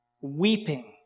weeping